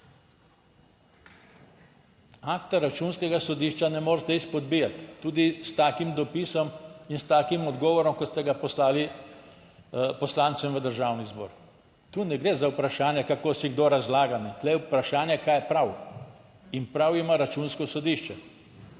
Akta računskega sodišča ne morete izpodbijati tudi s takim dopisom in s takim odgovorom kot ste ga poslali poslancem v Državni zbor. Tu ne gre za vprašanje, kako si kdo razlaga, tu je vprašanje, kaj je prav. In prav ima Računsko sodišče.